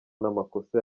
n’amakosa